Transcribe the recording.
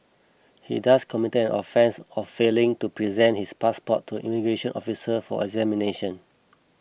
he thus committed offence of failing to present his passport to immigration officer for examination